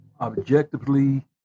objectively